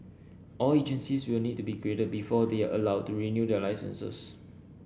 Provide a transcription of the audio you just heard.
all agencies will need to be graded before they are allowed to renew their licences